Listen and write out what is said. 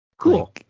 Cool